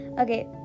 Okay